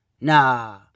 Nah